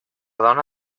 dona